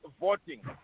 voting